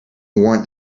warrant